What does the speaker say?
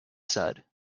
said